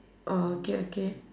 oh okay okay